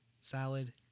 salad